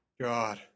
God